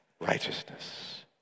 righteousness